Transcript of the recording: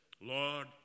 Lord